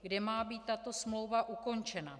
Kdy má být tato smlouva ukončena?